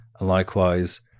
likewise